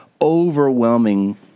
overwhelming